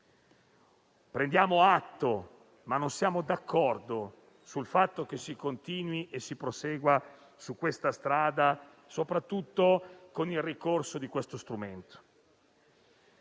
Prendiamo atto, ma non siamo d'accordo sul fatto che si continui su questa strada, soprattutto con il ricorso a tale strumento,